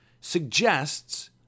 suggests